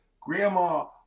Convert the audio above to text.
grandma